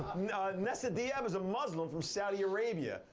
nessa diab is a muslim from saudi arabia,